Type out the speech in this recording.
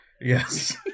Yes